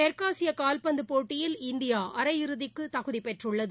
தெற்காசியகால்பந்துபோட்டியில் இந்தியாஅரையிறுதிக்குதகுதிபெற்றுள்ளது